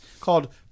called